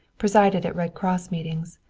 presided at red cross meetings.